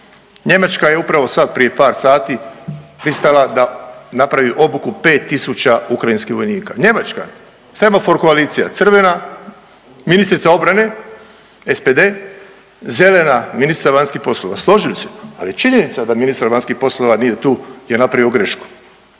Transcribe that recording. Njemačka je upravo sad prije par sati pristala da napravi obuku 5.000 Ukrajinskih vojnika. Njemačka semafor koalicija crvena, ministrica obrane SPD, zelena ministrica vanjskih poslova, složili su se, ali je činjenica da ministar vanjskih poslova nije tu, je napravio grašku.